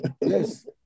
Yes